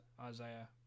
Isaiah